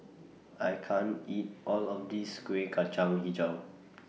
I can't eat All of This Kueh Kacang Hijau